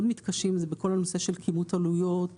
מתקשים זה בכל הנושא של כימות עלויות,